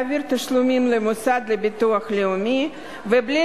בלי להעביר תשלומים למוסד לביטוח לאומי ובלי